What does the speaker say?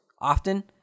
often